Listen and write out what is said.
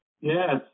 Yes